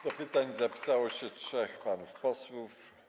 Do pytań zapisało się trzech panów posłów.